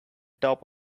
top